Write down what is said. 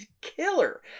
killer